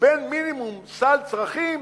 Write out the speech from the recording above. ובין מינימום סל צרכים